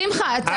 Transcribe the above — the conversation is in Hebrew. שמחה,